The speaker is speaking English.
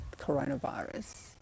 coronavirus